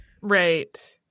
Right